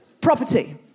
Property